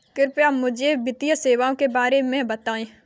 कृपया मुझे वित्तीय सेवाओं के बारे में बताएँ?